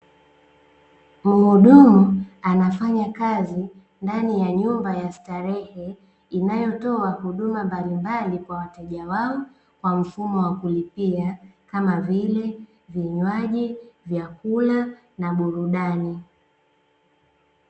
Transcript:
Mhudumu anafanya kazi ndani ya nyumba ya starehe, inayotoa huduma mbalimbali kwa wateja wao, kwa mfumo wa kulipia kama vile: vinywaji, vyakula na burudani.